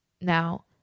Now